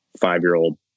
five-year-old